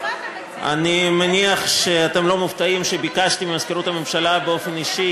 אני מניח שאתם לא מופתעים מכך שביקשתי ממזכירות הממשלה באופן אישי